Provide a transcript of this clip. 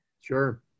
Sure